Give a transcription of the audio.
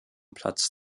platz